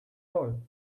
all